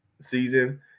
season